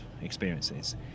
experiences